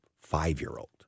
five-year-old